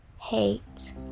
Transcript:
hate